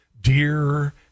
Dear